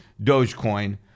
Dogecoin